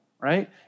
right